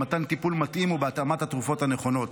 במתן טיפול מתאים ובהתאמת התרופות הנכונות.